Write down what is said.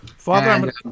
Father